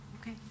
Okay